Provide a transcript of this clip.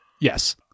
yes